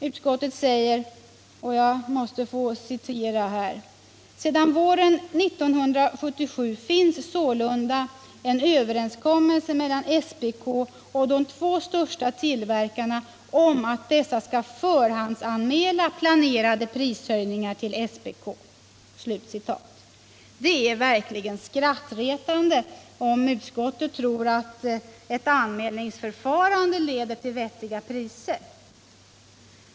Utskottet anför: ”Sedan våren 1977 finns sålunda en överenskommelse mellan SPK och de två största tillverkarna om att dessa skall förhandsanmäla planerade prishöjningar till SPK.” Det är verkligen skrattretande, om utskottet tror att anmälningsförfarandet leder till vettiga priser.